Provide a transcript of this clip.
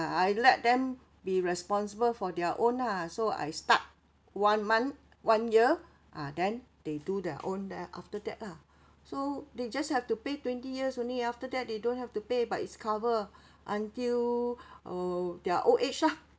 I let them be responsible for their own lah so I start one month one year ah then they do their own then after that lah so they just have to pay twenty years only after that they don't have to pay but it's cover until um their old age lah